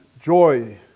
joy